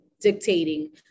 dictating